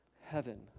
heaven